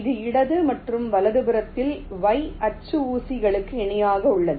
இது இடது மற்றும் வலதுபுறத்தில் y அச்சு ஊசிகளுக்கு இணையாக உள்ளது